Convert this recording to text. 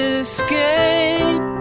escape